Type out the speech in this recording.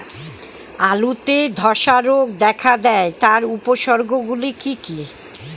আলুতে ধ্বসা রোগ দেখা দেয় তার উপসর্গগুলি কি কি?